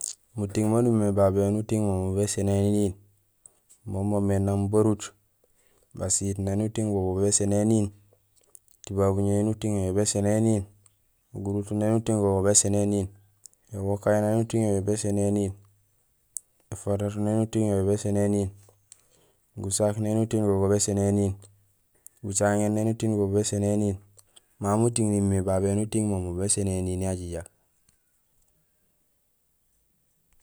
Muting maan umimé babé éni uting mo, mo béséni éniin mo moomé nang barut, basiit néni uting bo, bo béséni éniin, étubabuño éni uting yo, yo béséni éniin, guruto éni uting go, go béséni éniin, éwokay éni uting yo, yo béséni éniin, éfatato néni uting yo, yo béséni éniin, gusaak néni uting go, go béséni éniin, bucaŋéén éni uting bo, bo béséni éniin; ma muting nimiir mé babé néni uting mo, mo béséni éniin ya jajaak.